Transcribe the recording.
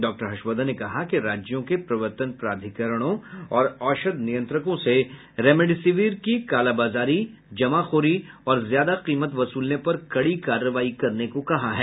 doctor Harshvardhan ने कहा कि राज्यों के प्रवर्तन प्राधिकरणों और औषध नियंत्रकों से रेमडेसिविर की कालाबाजारी जमाखोरी और ज्यादा कीमत वसूलने पर कड़ी कार्रवाई करने को कहा गया है